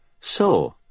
So